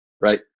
right